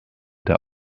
der